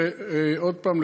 ועוד פעם,